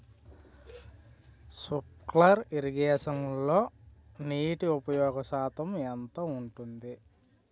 Sprinkler ఇరగేషన్లో నీటి ఉపయోగ శాతం ఎంత ఉంటుంది?